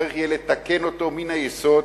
צריך יהיה לתקן אותו מן היסוד.